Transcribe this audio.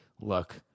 look